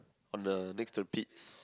on the next to the Pete's